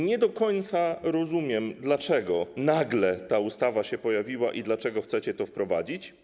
Nie do końca rozumiem, dlaczego nagle ta ustawa się pojawiła i dlaczego chcecie to wprowadzić.